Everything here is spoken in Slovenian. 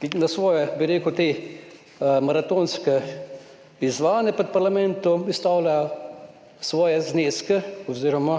potem svoje maratonsko izvajanje pred parlamentom, izstavljajo svoje zneske oziroma